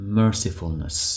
mercifulness